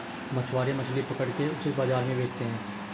मछुआरे मछली पकड़ के उसे बाजार में बेचते है